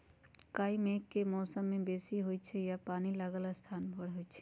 काई मेघ के मौसम में बेशी होइ छइ आऽ पानि लागल स्थान पर होइ छइ